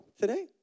today